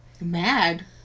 Mad